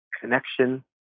connection